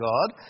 God